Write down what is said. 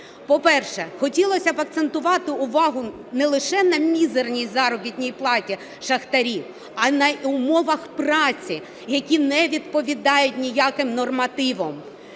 По-перше, хотілося би акцентувати увагу не лише на мізерній заробітній платі шахтарів, а й на умовах праці, які не відповідають ніяким нормативам.